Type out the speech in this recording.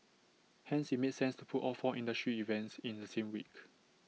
hence IT made sense to put all four industry events in the same week